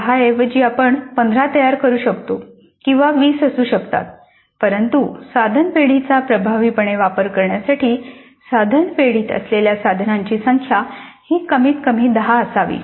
10 ऐवजी आपण 15 तयार करू शकतो किंवा 20 असू शकतात परंतु साधन पेढीेचा प्रभावीपणे वापर करण्यासाठी साधन पेढीेत असलेल्या साधनांची संख्या ही कमीत कमी 10 असावी